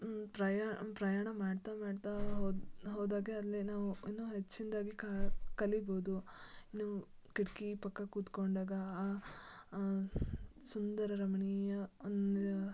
ಪ್ರಯಾ ಪ್ರಯಾಣ ಮಾಡ್ತಾ ಮಾಡ್ತಾ ಹೋದ ಹೋದಾಗ ಅಲ್ಲಿ ನಾವು ಇನ್ನೂ ಹೆಚ್ಚಿನದ್ದಾಗಿ ಕಲಿಬೋದು ಇನ್ನೂ ಕಿಟಕಿ ಪಕ್ಕ ಕೂತ್ಕೊಂಡಾಗ ಸುಂದರ ರಮಣೀಯ ಒಂದು